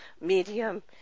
medium